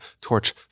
torch